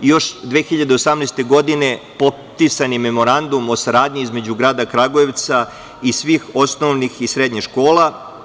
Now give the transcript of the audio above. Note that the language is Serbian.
Još 2018. godine potpisan je Memorandum o saradnji između Grada Kragujevca i svih osnovnih i srednjih škola.